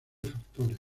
factores